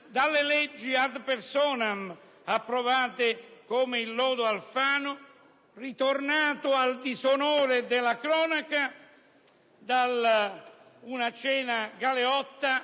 dalle leggi *ad personam* approvate, come il lodo Alfano, ritornato al disonore della cronaca a causa di una cena galeotta,